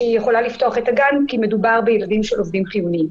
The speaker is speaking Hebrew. שהיא יכולה לפתוח את הגן כי מדובר בילדים של עובדים חיוניים.